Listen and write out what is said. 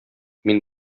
мин